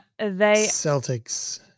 Celtics